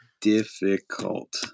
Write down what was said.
difficult